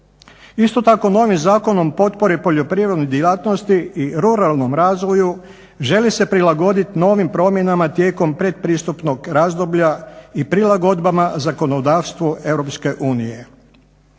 Isto tako novim Zakonom o potpori poljoprivredne djelatnosti i ruralnom razvoju želi se prilagodit novim promjenama tijekom pretpristupnog razdoblja i prilagodba zakonodavstvu